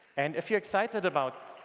and if you're excited about